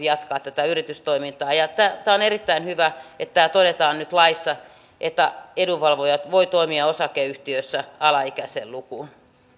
jatkaa tätä yritystoimintaa on erittäin hyvä että tämä todetaan nyt laissa että edunvalvoja voi toimia osakeyhtiössä alaikäisen lukuun